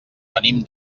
venim